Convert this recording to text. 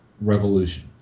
revolution